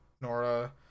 nora